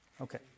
Okay